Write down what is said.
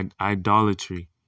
idolatry